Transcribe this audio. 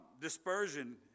Dispersion